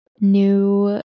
new